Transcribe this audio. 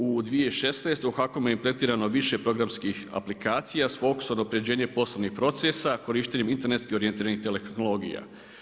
U 2016. u HAKOM-u je pretjerano više programskih aplikacija s fokusom unapređenje poslovnih procesa korištenjem internetski orijentiranih tehnologija.